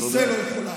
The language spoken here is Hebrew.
כי זה לא יכול לעבור.